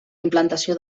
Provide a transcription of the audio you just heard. implantació